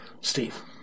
Steve